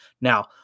Now